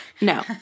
no